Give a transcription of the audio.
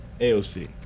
AOC